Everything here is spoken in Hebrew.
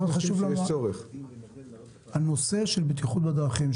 של בטיחות בדרכים.